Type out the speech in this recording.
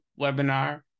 webinar